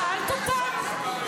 שאלת אותן?